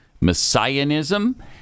messianism